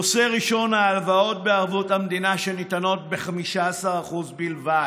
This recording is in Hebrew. נושא ראשון: ההלוואות בערבות המדינה שניתנות ב-15% בלבד,